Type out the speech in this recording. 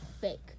Fake